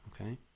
Okay